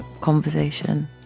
conversation